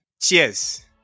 Cheers